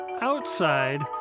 Outside